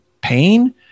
pain